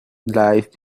life